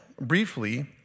briefly